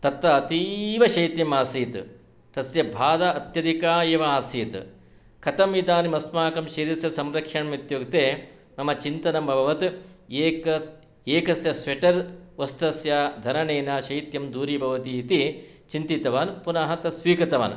तत्त अतीवशैत्यमासीत् तस्य बाधा अत्यधिका एव आसीत् कथं इदानीम् अस्माकं शरीरस्य संरक्षणम् इत्युक्ते मम चिन्तनम् अभवत् एकस् एकस्य स्वेटर् वस्त्रस्य धरणेन शैत्यं दूरी भवति इति चिन्तितवान् पुनः तत् स्वीकृतवान्